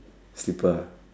people ah